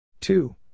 Two